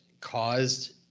caused